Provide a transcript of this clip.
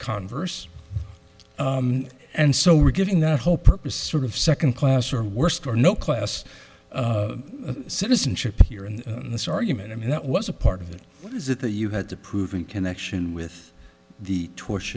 converse and so we're giving that whole purpose sort of second class or worse or no class citizenship here in this argument i mean that was a part of the what is it that you had to prove in connection with the tor